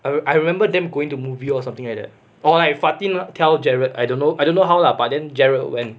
I I remember them going to movie or something like that or like fatin tell gerald I don't know I don't know how lah but then gerald went